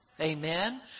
Amen